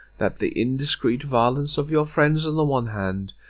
that the indiscreet violence of your friends on the one hand,